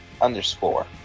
underscore